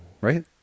Right